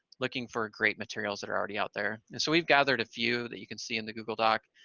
looking for great materials that are already out there. so we've gathered a few that you can see in the google doc.